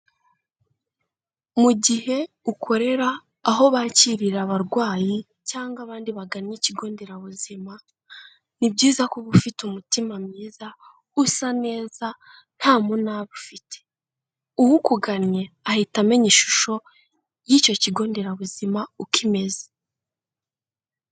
Mu gihe ukorera aho bakirira abarwayi cyangwa abandi bagana ikigo nderabuzima ni byiza kuba uba ufite umutima mwiza, usa neza, nta muna ufite. Ukugannye ahita amenya ishusho y'icyo kigo nderabuzima uko imeze.